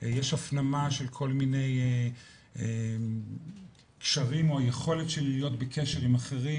יש הפנמה של כל מיני קשרים או יכולת של להיות בקשר עם אחרים,